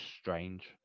strange